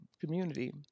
community